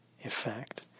effect